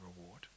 reward